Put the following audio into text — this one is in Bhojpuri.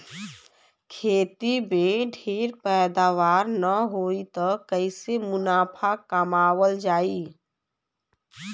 खेती में ढेर पैदावार न होई त कईसे मुनाफा कमावल जाई